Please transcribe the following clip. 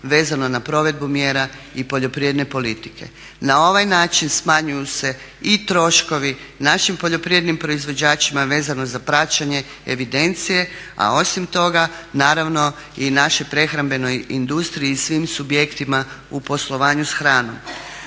vezano na provedbu mjera i poljoprivredne politike. Na ovaj način smanjuju se i troškovi našim poljoprivrednim proizvođačima vezano za praćenje evidencije, a osim toga naravno i naše prehrambenoj industriji i svim subjektima u poslovanju s hranom.